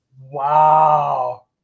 Wow